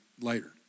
later